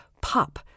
pop